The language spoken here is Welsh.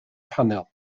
panel